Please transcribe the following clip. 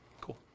Cool